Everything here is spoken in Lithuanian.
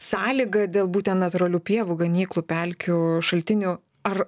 sąlyga dėl būten natūralių pievų ganyklų pelkių šaltinių ar